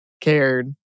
cared